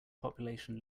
population